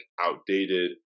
outdated